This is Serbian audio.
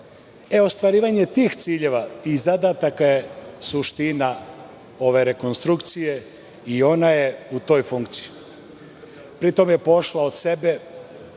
Ostvarivanje tih ciljeva i zadataka je suština ove rekonstrukcije i ona je u toj funkciji. Pri tom je pošla od sebe,